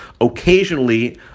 occasionally